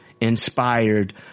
inspired